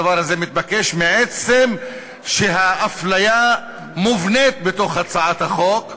הדבר הזה מתבקש מעצם זה שהאפליה מובנית בתוך הצעת החוק.